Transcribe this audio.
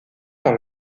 par